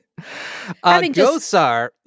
Gosar